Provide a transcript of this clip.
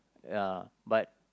ya but